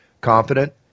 confident